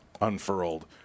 unfurled